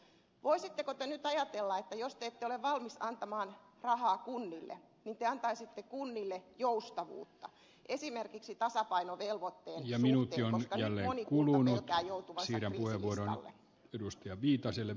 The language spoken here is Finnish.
voisitteko te nyt ajatella että jos te ette ole valmis antamaan rahaa kunnille niin te antaisitte kunnille joustavuutta esimerkiksi tasapainovelvoitteen suhteen koska nyt moni kunta pelkää joutuvansa kriisilistalle